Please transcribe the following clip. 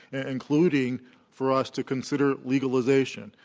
and including for us to consider legalization,